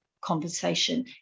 conversation